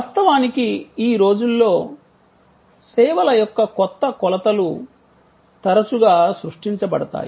వాస్తవానికి ఈ రోజుల్లో సేవల యొక్క కొత్త కొలతలు తరచుగా సృష్టించబడతాయి